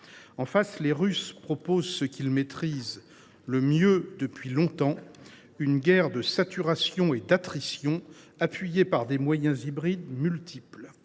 En face, les Russes proposent ce qu’ils maîtrisent le mieux depuis longtemps : une guerre de saturation et d’attrition, appuyée par des moyens hybrides multiples.